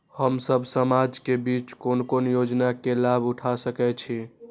हम सब समाज के बीच कोन कोन योजना के लाभ उठा सके छी?